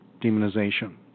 demonization